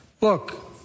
Look